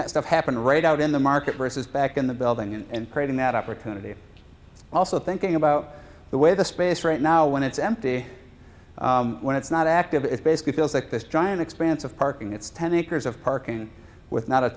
that stuff happen right out in the market versus back in the building and creating that opportunity it's also thinking about the way the space right now when it's empty when it's not active it's basically feels like this giant expanse of parking it's ten acres of parking with not a